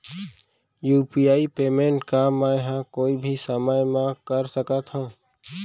UPI payment का मैं ह कोई भी समय म कर सकत हो?